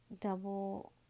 double